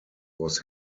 was